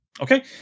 Okay